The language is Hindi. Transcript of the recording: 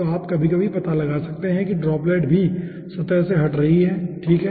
तो आप कभी कभी पता लगा सकते हैं कि ड्रॉपलेट भी सतह से हट रही है ठीक है